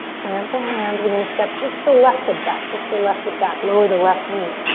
plant the hands. we're gonna step just the left foot back. just the left foot back. lower the left knee.